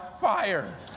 fire